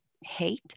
hate